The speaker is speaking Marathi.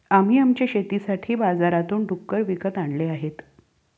आम्ही आमच्या शेतासाठी बाजारातून डुक्कर विकत आणले आहेत